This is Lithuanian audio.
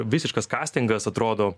visiškas kastingas atrodo